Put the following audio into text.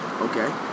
Okay